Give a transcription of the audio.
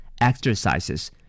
Exercises